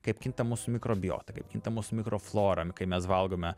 kaip kinta mūsų mikrobiota kaip kinta mūsų mikroflora kai mes valgome